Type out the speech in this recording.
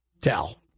tell